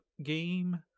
game